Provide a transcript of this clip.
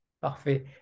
Parfait